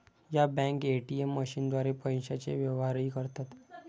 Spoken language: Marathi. या बँका ए.टी.एम मशीनद्वारे पैशांचे व्यवहारही करतात